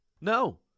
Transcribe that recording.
No